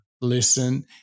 listen